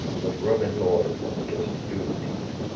what roman lord it was durst do the deed.